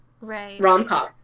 rom-com